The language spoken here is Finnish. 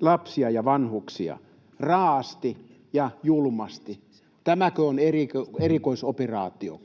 lapsia ja vanhuksia, raa’asti ja julmasti — tämäkö on erikoisoperaatio?